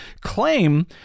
claim